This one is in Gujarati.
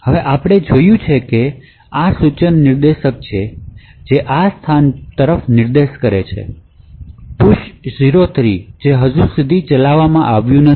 હવે આપણે જોયું છે કે ત્યાં આ સૂચન નિર્દેશક છે જે આ સ્થાન પરતરફ નિર્દેશ કરે છે પુશ 03 જે હજી સુધી ચલાવવામાં આવ્યું નથી